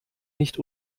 nicht